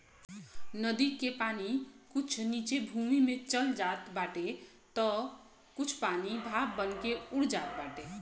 नदी के पानी कुछ नीचे भूमि में चल जात बाटे तअ कुछ पानी भाप बनके उड़ जात बाटे